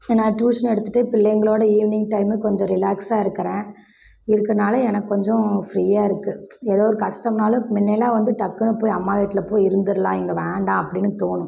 நான் டியூஷன் எடுத்துட்டு பிள்ளைங்களோடு ஈவினிங் டைமில் கொஞ்சம் ரிலாக்ஸ்சாக இருக்கிறேன் இருக்கறனால எனக்கு கொஞ்சம் ஃப்ரீயாக இருக்குது ஏதோ ஒரு கஷ்டம்னாலும் முன்னையெல்லாம் வந்து டக்குன்னு போய் அம்மா வீட்டில் போய் இருந்துடலாம் இங்கே வேண்டாம் அப்படின்னு தோணும்